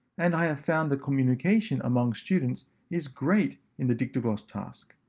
and i have found the communication among students is great in the dictogloss task.